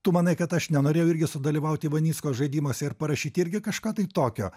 tu manai kad aš nenorėjau irgi sudalyvauti ivanicko žaidimuose ir parašyti irgi kažką tai tokio